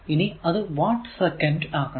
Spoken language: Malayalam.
ഇനി അത് വാട്ട് സെക്കന്റ് ആക്കണം